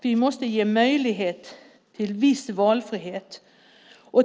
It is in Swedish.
Vi måste ge möjlighet till viss valfrihet.